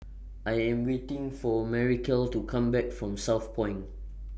I Am waiting For Maricela to Come Back from Southpoint